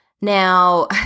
Now